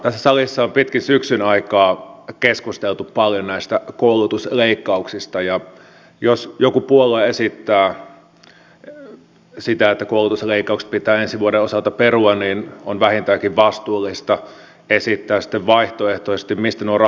tässä salissa on pitkin syksyn aikaa keskusteltu paljon näistä koulutusleikkauksista ja jos joku puolue esittää sitä että koulutusleikkaukset pitää ensi vuoden osalta perua niin on vähintäänkin vastuullista esittää sitten vaihtoehtoisesti mistä nuo rahat sinne otetaan